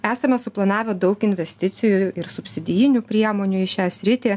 esame suplanavę daug investicijų ir subsidijinių priemonių į šią sritį